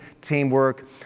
teamwork